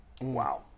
Wow